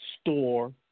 store